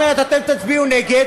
אומרת: אתם תצביעו נגד,